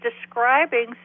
describing